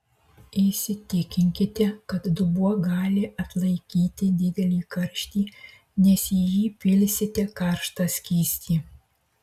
įsitikinkite kad dubuo gali atlaikyti didelį karštį nes į jį pilsite karštą skystį